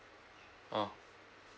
uh